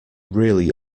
really